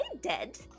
dead